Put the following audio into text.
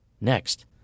Next